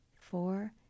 four